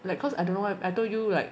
like cause I don't know why I told you like